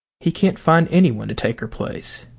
he can't find anyone to take her place.